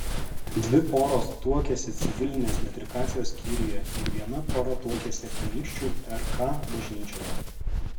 dvi poros tuokėsi civilinės metrikacijos skyriuje ir viena pora tuokėsi anykščių rk bažnyčioje